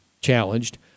challenged